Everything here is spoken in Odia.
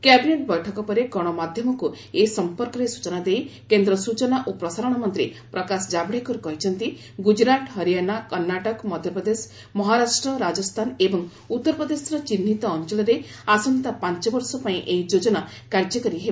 କ୍ୟାବିନେଟ୍ ବୈଠକ ପରେ ଗଣମାଧ୍ୟମକୁ ଏ ସମ୍ପର୍କରେ ସ୍ଚଚନା ଦେଇ କେନ୍ଦ୍ର ସ୍ଟଚନା ଓ ପ୍ରସାରଣ ମନ୍ତ୍ରୀ ପ୍ରକାଶ ଜାଭଡେକର କହିଛନ୍ତି ଗୁଜରାଟ ହରିଆଣା କର୍ଷାଟକ ମଧ୍ୟପ୍ରଦେଶ ମହାରାଷ୍ଟ୍ର ରାଜସ୍ଥାନ ଏବଂ ଉତ୍ତରପ୍ରଦେଶର ଚିହ୍ନିତ ଅଞ୍ଚଳରେ ଆସନ୍ତା ପାଞ୍ଚ ବର୍ଷ ପାଇଁ ଏହି ଯୋଜନା କାର୍ଯ୍ୟକାରି ହେବ